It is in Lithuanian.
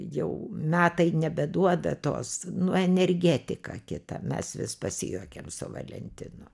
jau metai nebeduoda tos nu energetika kita mes vis pasijuokiam su valentinu